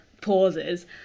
pauses